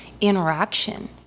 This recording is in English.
interaction